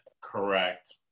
correct